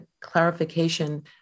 clarification